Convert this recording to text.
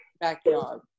backyard